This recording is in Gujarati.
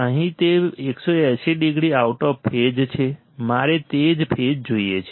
અહીં તે 180 ડિગ્રી આઉટ ઓફ ફેઝ છે મારે તે જ ફેઝ જોઈએ છે